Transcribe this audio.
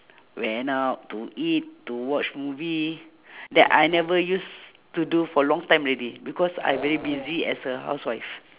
went out to eat to watch movie that I never used to do for long time already because I very busy as a housewife